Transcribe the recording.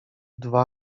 dwa